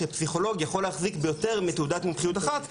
שפסיכולוג יכול להחזיק ביותר מתעודת מומחיות אחת,